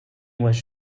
was